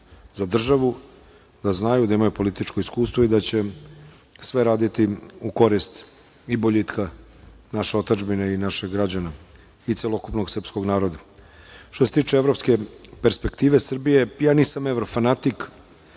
za državu, da znaju, da imaju političko iskustvo i da će sve raditi u korist i boljitka naše otadžbine i naših građana i celokupnog srpskog naroda. Što se tiče evropske perspektive Srbije, ja nisam eurofanatik,